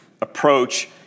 approach